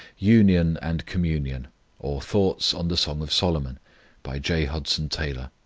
union and communion or thoughts on the song of solomon by j. hudson taylor,